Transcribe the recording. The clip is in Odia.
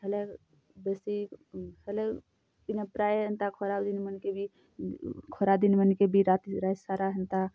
ହେଲେ ବେଶୀ ହେଲେ ଇନେ ପ୍ରାଏ ଏନ୍ତା ଖରା ଦିନ୍ମାନ୍କେ ବି ଖରା ଦିନ୍ ମାନ୍କେ ବି ରାତି ରାଏତ୍ସାରା ଏନ୍ତା